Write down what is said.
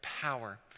power